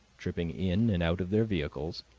tripping in and out of their vehicles,